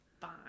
Fine